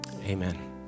Amen